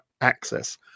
access